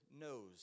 knows